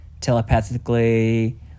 Telepathically